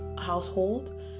household